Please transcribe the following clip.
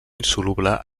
insoluble